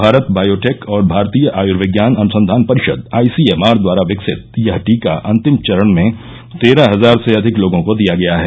भारत बायोटेक और भारतीय आयुर्विज्ञान अनुसंघान परिषद आईसीएमआर द्वारा विकसित यह टीका अंतिम चरण में तेरह हजार से अधिक लोगों को दिया गया है